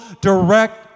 direct